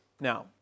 Now